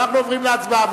אנחנו עוברים להצבעה.